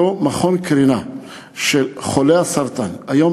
אותו מכון הקרנות לחולי הסרטן היום,